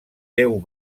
déu